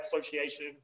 Association